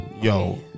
Yo